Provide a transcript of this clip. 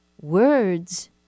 Words